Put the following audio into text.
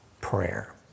prayer